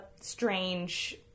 strange